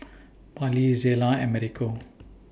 Pallie Zela and Americo